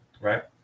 right